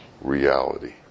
reality